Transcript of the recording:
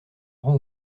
rend